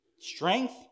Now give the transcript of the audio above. Strength